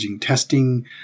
testing